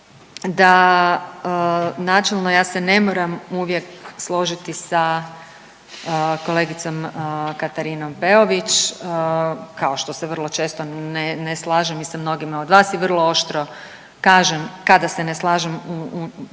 da načelno ja se ne moram uvijek složiti sa kolegicom Katarinom Peović, kao što se vrlo često ne, ne slažem i sa mnogima od vas i vrlo oštro kažem kada se ne slažem,